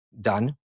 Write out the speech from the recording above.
done